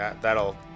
that'll